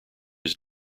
his